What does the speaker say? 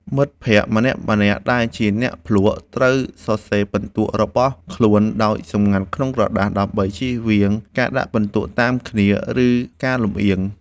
មិត្តភក្តិម្នាក់ៗដែលជាអ្នកភ្លក្ស ត្រូវសរសេរពិន្ទុរបស់ខ្លួនដោយសម្ងាត់ក្នុងក្រដាស ដើម្បីចៀសវាងការដាក់ពិន្ទុតាមគ្នា ឬការលម្អៀង។